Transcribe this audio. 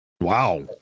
Wow